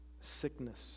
sickness